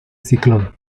ciclón